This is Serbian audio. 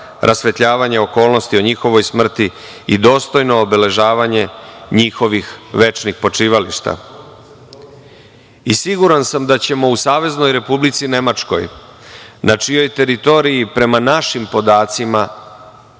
rasvetljavanje okolnosti o njihovoj smrti i dostojno obeležavanje njihovih večnih počivališta. Siguran sam da ćemo u Saveznoj Republici Nemačkoj, na čijoj teritoriji prema našim podacima,